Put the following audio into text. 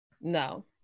no